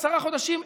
עשרה חודשים,